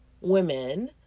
women